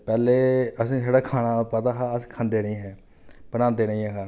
पैह्लें असें ई छड़ा खाने दा पता हा अस खंदे निं हे बनांदे निं हा